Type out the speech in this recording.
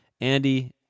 Andy